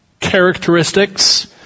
characteristics